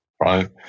right